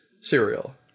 cereal